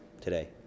today